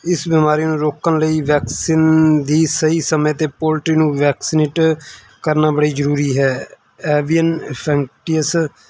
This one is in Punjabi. ਇਸ ਬਿਮਾਰੀ ਨੂੰ ਰੋਕਣ ਲਈ ਵੈਕਸੀਨ ਦੀ ਸਹੀ ਸਮੇਂ 'ਤੇ ਪੋਲਟਰੀ ਨੂੰ ਵੈਕਸੀਨੇਟ ਕਰਨਾ ਬੜੀ ਜ਼ਰੂਰੀ ਹੈ ਐਵੀਅਨ ਫੈਂਕਟੀਅਸ